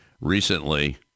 Recently